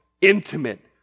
Intimate